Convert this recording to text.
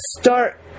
start